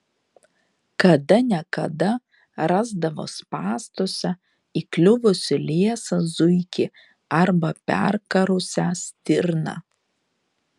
kada ne kada rasdavo spąstuose įkliuvusį liesą zuikį arba perkarusią stirną